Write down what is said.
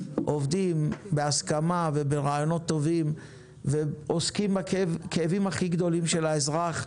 עובדים בהסכמה וברעיונות טובים ועוסקים בכאבים הכי גדולים של האזרח.